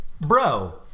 bro